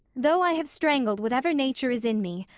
though i have strangled whatever nature is in me,